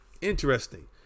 Interesting